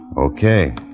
Okay